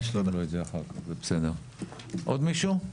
עוד מישהו?